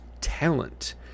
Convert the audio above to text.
talent